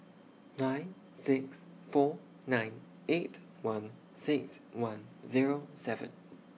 nine six four nine eight one six one Zero seven